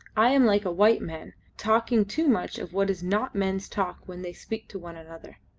i am like a white man talking too much of what is not men's talk when they speak to one another.